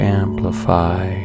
amplify